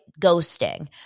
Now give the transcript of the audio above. ghosting